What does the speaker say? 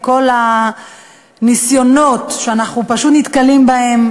עם כל הניסיונות שאנחנו נתקלים בהם